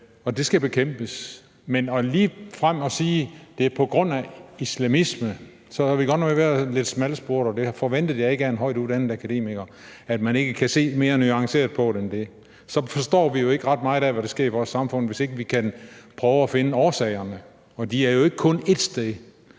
Og det skal bekæmpes. Men ligefrem at sige, at det er på grund af islamisme, er godt nok lidt smalsporet, og det forventede jeg ikke af en højtuddannet akademiker, altså at man ikke kan se mere nuanceret på det end det. Vi forstår jo ikke ret meget af, hvad der sker i vores samfund, hvis ikke vi kan prøve at finde årsagerne, og de er jo ikke kun ét sted.